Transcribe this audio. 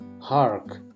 Hark